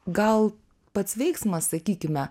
gal pats veiksmas sakykime